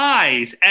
eyes